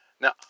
Now